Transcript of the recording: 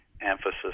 emphasis